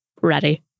ready